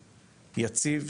יציב,